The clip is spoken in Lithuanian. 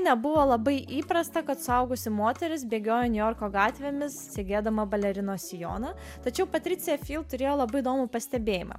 nebuvo labai įprasta kad suaugusi moteris bėgioja niujorko gatvėmis segėdama balerinos sijoną tačiau patricija turėjo labai įdomų pastebėjimą